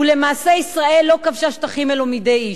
ולמעשה ישראל לא כבשה שטחים אלו מידי איש.